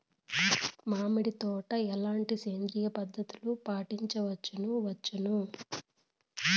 మామిడి తోటలో ఎట్లాంటి సేంద్రియ పద్ధతులు పాటించవచ్చును వచ్చును?